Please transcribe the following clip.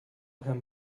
him